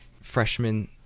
freshman